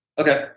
Okay